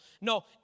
No